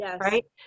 right